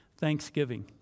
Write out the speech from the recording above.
Thanksgiving